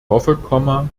hoffe